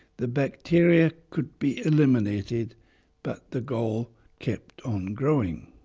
the bacteria could be eliminated but the gall kept on growing.